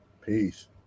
Peace